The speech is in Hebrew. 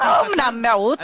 אומנם מיעוט,